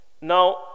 Now